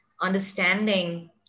understanding